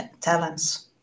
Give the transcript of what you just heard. talents